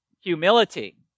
humility